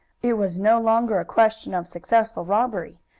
it was no longer a question of successful robbery.